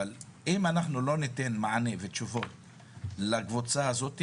אבל אם אנחנו לא ניתן מענה ותשובות לקבוצה הזאת,